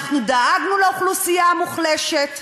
אנחנו דאגנו לאוכלוסייה המוחלשת,